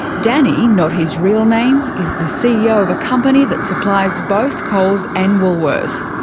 danny, not his real name, is the ceo of a company that supplies both coles and woolworths.